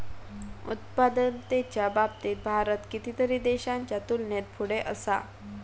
उत्पादकतेच्या बाबतीत भारत कितीतरी देशांच्या तुलनेत पुढे असा